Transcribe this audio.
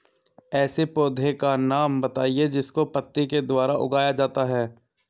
ऐसे पौधे का नाम बताइए जिसको पत्ती के द्वारा उगाया जाता है